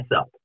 up